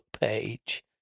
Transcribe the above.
page